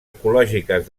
ecològiques